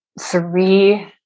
three